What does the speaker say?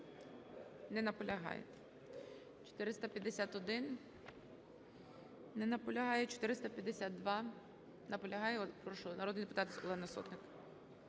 Не наполягає. 451. Не наполягає. 452. Наполягає. Прошу, народний депутат Олена Сотник.